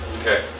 Okay